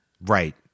Right